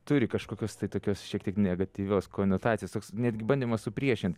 turi kažkokios tai tokios šiek tiek negatyvios konotacijos toks netgi bandymas supriešint